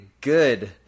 good